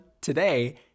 today